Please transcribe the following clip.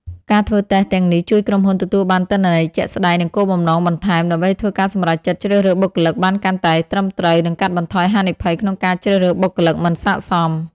ការធ្វើតេស្តទាំងនេះជួយក្រុមហ៊ុនទទួលបានទិន្នន័យជាក់ស្តែង និងគោលបំណងបន្ថែម ដើម្បីធ្វើការសម្រេចចិត្តជ្រើសរើសបុគ្គលិកបានកាន់តែត្រឹមត្រូវ និងកាត់បន្ថយហានិភ័យក្នុងការជ្រើសរើសបុគ្គលិកមិនស័ក្តិសម។